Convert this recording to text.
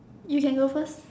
you can go first